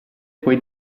poi